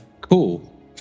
Cool